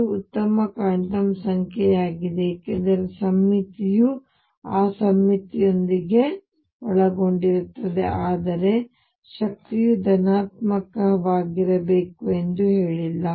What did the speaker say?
ಇದು ಉತ್ತಮ ಕ್ವಾಂಟಮ್ ಸಂಖ್ಯೆಯಾಗಿದೆ ಏಕೆಂದರೆ ಸಮ್ಮಿತಿಯು ಆ ಸಮ್ಮಿತಿಯೊಂದಿಗೆ ಒಳಗೊಂಡಿರುತ್ತದೆ ಆದರೆ ಶಕ್ತಿಯು ಧನಾತ್ಮಕವಾಗಿರಬೇಕು ಎಂದು ಹೇಳಲಿಲ್ಲ